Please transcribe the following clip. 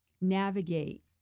navigate